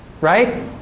Right